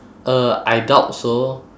uh I doubt so